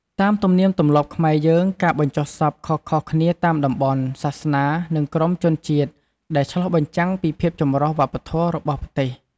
តាមទំនៀមទំលាប់ខ្មែរយើង ការបញ្ចុះសពខុសៗគ្នាតាមតំបន់ សាសនា និងក្រុមជនជាតិ ដែលឆ្លុះបញ្ចាំងពីភាពចម្រុះវប្បធម៌របស់ប្រទេស។